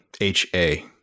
HA